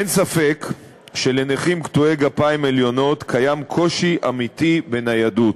אין ספק שלנכים קטועי גפיים עליונות יש קושי אמיתי בניידות.